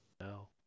no